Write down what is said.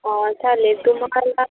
चालेल